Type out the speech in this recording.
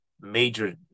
major